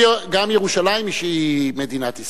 גם ירושלים היא מדינת ישראל.